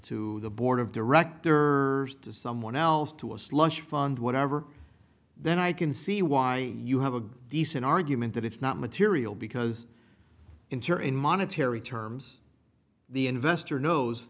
to the board of director to someone else to a slush fund whatever then i can see why you have a decent argument that it's not material because inter in monetary terms the investor knows